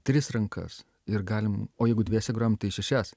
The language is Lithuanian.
tris rankas ir galim o jeigu dviese grojam tai šešias